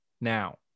now